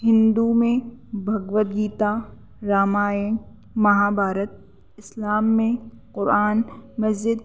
ہندو میں بھگوت گیتا رامائن مہابھارت اسلام میں قرآن مجید